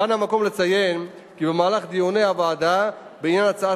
כאן המקום לציין כי במהלך דיוני הוועדה בעניין הצעת